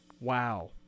Wow